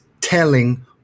telling